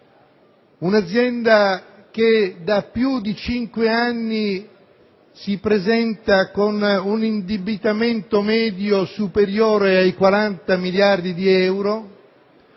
un' azienda che da più di cinque anni presenta un indebitamento medio superiore a 40 miliardi di euro